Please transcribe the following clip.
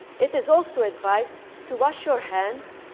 it is also advised to wash your hands,